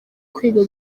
kwiga